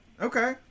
okay